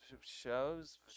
shows